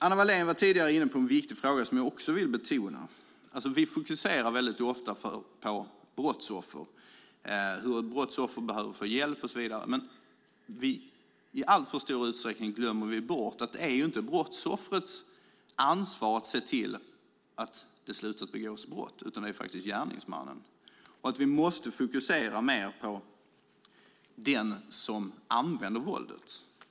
Anna Wallén var tidigare inne på en viktig fråga som jag också vill betona. Vi fokuserar väldigt ofta på brottsoffer och att de behöver få hjälp, men i alltför stor utsträckning glömmer vi bort att det inte är brottsoffrets ansvar att se till att inte begås brott, utan det är faktiskt gärningsmannens ansvar. Vi måste fokusera mer på den som använder våldet.